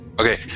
Okay